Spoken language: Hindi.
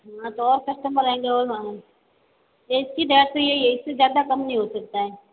हाँ तो और कस्टमर और आएंगे और इसकी रेट यही है इस से ज़्यादा काम नहीं हो सकता है